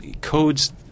codes